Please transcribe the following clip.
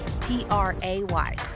P-R-A-Y